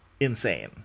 Insane